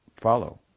Follow